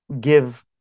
give